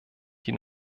die